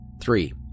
Three